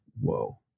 whoa